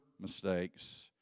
mistakes